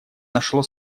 нашло